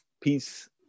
Peace